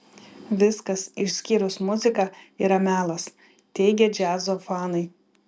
viskas išskyrus muziką yra melas teigia džiazo fanai